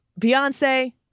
Beyonce